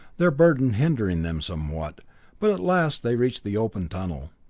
their burden hindering them somewhat but at last they reached the open tunnel.